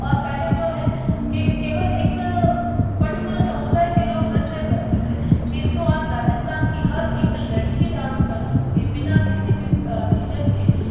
और पहले जो है के केवल एक पर्टिक्युलर समुदाय के लोग नृत्य करते थे किन्तु आज राजस्थान कि हर लड़की डांस कर सकती है बिना किसी भी झिझक के